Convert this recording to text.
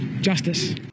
justice